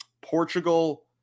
Portugal